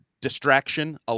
distraction